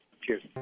Cheers